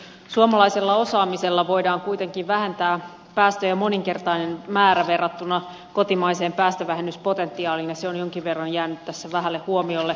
suomalaisella osaamisella voidaan kuitenkin vähentää päästöjä moninkertainen määrä verrattuna kotimaiseen päästövähennyspotentiaaliin ja se on jonkin verran jäänyt tässä vähälle huomiolle